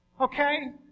Okay